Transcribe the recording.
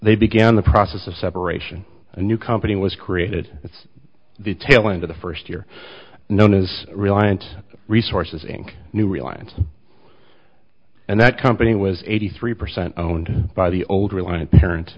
they began the process of separation a new company was created at the tail end of the first year known as reliant resources inc new reliance and that company was eighty three percent owned by the old reliant parent